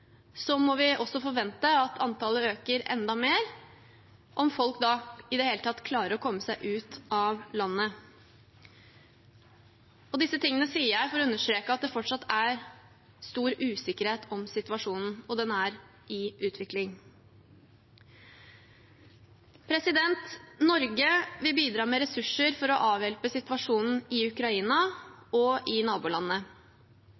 må vi også forvente at antallet øker enda mer – om folk da i det hele tatt klarer å komme seg ut av landet. Dette sier jeg for å understreke at det fortsatt er stor usikkerhet om situasjonen, og den er i utvikling. Norge vil bidra med ressurser for å avhjelpe situasjonen i